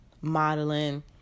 Modeling